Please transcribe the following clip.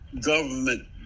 government